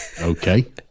Okay